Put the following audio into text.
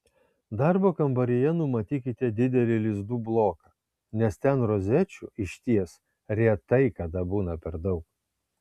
darbo kambaryje numatykite didelį lizdų bloką nes ten rozečių išties retai kada būna per daug